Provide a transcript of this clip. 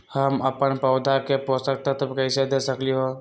हम अपन पौधा के पोषक तत्व कैसे दे सकली ह?